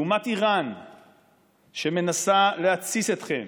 לעומת איראן שמנסה להתסיס אתכם,